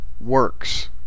works